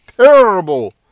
terrible